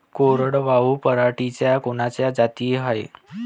कोरडवाहू पराटीच्या कोनच्या जाती हाये?